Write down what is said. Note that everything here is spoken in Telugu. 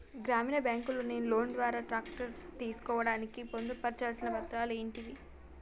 గ్రామీణ బ్యాంక్ లో నేను లోన్ ద్వారా ట్రాక్టర్ తీసుకోవడానికి పొందు పర్చాల్సిన పత్రాలు ఏంటివి?